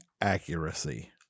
accuracy